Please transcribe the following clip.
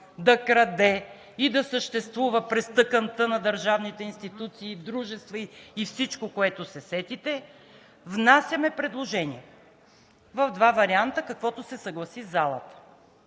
да краде и да съществува през тъканта на държавните институции, дружества и всичко, което се сетите, внасяме предложение в два варианта – каквото се съгласи залата,